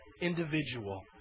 individual